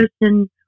person